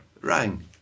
rang